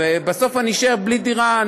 ובסוף אני אשאר בלי דירה?